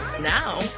Now